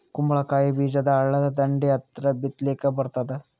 ಕುಂಬಳಕಾಯಿ ಬೀಜ ಹಳ್ಳದ ದಂಡಿ ಹತ್ರಾ ಬಿತ್ಲಿಕ ಬರತಾದ?